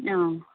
ആ